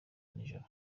nijoro